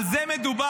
על זה מדובר.